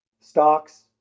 stocks